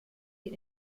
den